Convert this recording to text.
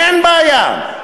אין בעיה.